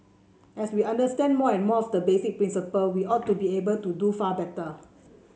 as we understand more and more of the basic principles we ought to be able to do far better